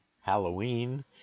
Halloween